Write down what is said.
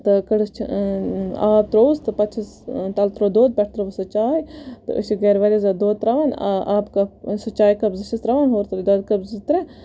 تہٕ کٔڑِس آب ترووُس تہٕ پَتہٕ چھُس تَلہٕ تروٚو دۄد پیٚٹھِ ترٲوٕس سۄ چاے تہٕ أسۍ چھِ گَرِ واریاہ زیاد دۄد تراوان آب کپ چاے کپ زٕ چھِس تراوان ہورٕ ترٲے دۄد کپ زٕ ترےٚ